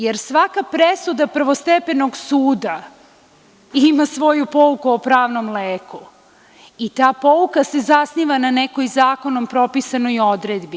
Jer, svaka presuda prvostepenog suda ima svoju pouku o pravnom leku i ta pouka se zasniva na nekoj zakonom propisanoj odredbi.